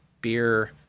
beer